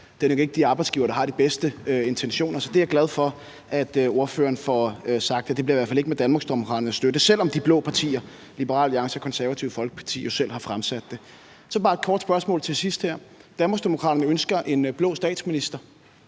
Det er nok ikke de arbejdsgivere, der har de bedste intentioner. Så jeg er glad for, at ordføreren får sagt, at det i hvert fald ikke bliver med Danmarksdemokraternes støtte, selv om de blå partier Liberal Alliance og Det Konservative Folkeparti jo selv har fremsat det. Så har jeg bare et kort spørgsmål her til sidst: Danmarksdemokraterne ønsker en blå statsminister.